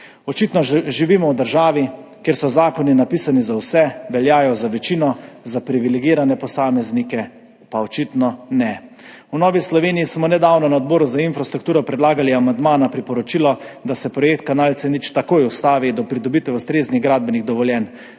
Očitno živimo v državi, kjer so zakoni napisani za vse, veljajo za večino, za privilegirane posameznike pa očitno ne. V Novi Sloveniji smo nedavno na Odboru za infrastrukturo predlagali amandma na priporočilo, da se projekt kanal C0 takoj ustavi do pridobitve ustreznih gradbenih dovoljenj,